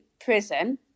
prison